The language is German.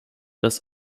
dass